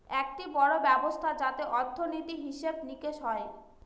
একটি বড়ো ব্যবস্থা যাতে অর্থনীতি, হিসেব নিকেশ হয়